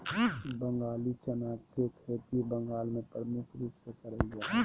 बंगाली चना के खेती बंगाल मे प्रमुख रूप से करल जा हय